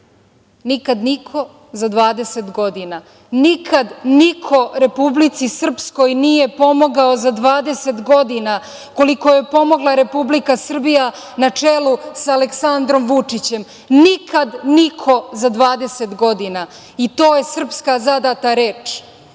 Nikad niko za 20 godina, nikad niko Republici Srpskoj nije pomogao za 20 godina, koliko je pomogla Republika Srbija na čelu sa Aleksandrom Vučićem, nikad niko za 20 godina i to je srpska zadata reč.